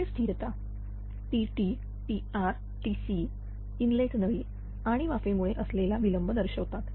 वेळ स्थिरता Tt Tr Tc inlet नळी आणि वाफेमुळे असलेला विलंब दर्शवितात